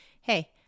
hey